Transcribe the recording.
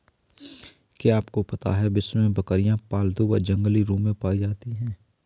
क्या आपको पता है विश्व में बकरियाँ पालतू व जंगली रूप में पाई जाती हैं?